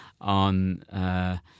on